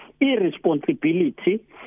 irresponsibility